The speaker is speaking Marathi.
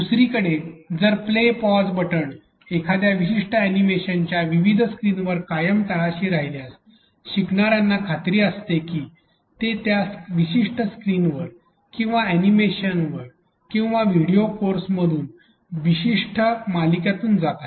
दुसरीकडे जर प्ले पॉझ बटण एखाद्या विशिष्ट अॅनिमेशनच्या विविध स्क्रीनवर कायम तळाशी राहिल्यास शिकणार्यांना खात्री असते की ते ज्या विशिष्ट स्क्रीनवर किंवा अॅनिमेशन किंवा व्हिडिओ कोर्समधून विशिष्ट मालिकांमधून जात आहेत